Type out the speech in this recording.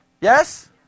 Yes